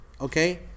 Okay